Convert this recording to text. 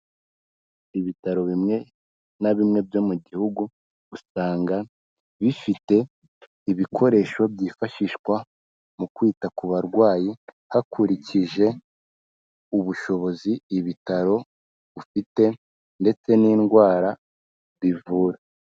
Ibitaro bimwe na bimwe byo mu gihugu usanga bifite ibikoresho byifashishwa mu kwita ku barwayi, hakurikije ubushobozi ibitaro bifite ndetse n'indwara bivura.